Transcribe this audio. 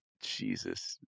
Jesus